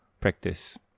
practice